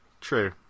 True